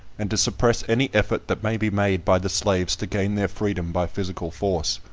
and to suppress any effort that may be made by the slaves to gain their freedom by physical force.